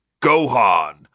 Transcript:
Gohan